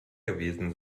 gewesen